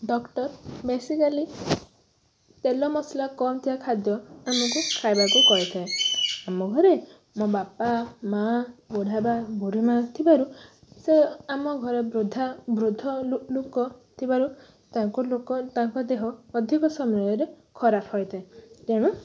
doctor basically ତେଲ ମସଲା କମ୍ ଥିବା ଖାଦ୍ୟ ଆମକୁ ଖାଇବାକୁ କହିଥାଏ ଆମ ଘରେ ମୋ ବାପା ମାଆ ବୁଢ଼ାବା ବୁଢ଼ୀମା ଥିବାରୁ ସେ ଆମ ଘରେ ବୃଦ୍ଧା ବୃଦ୍ଧ ଲୋକ ଥିବାରୁ ତାଙ୍କୁ ଲୋକ ତାଙ୍କ ଦେହ ଅଧିକ ସମୟରେ ଖରାପ ହୋଇଥାଏ ତେଣୁ